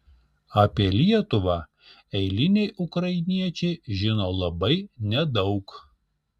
apie lietuvą eiliniai ukrainiečiai žino labai nedaug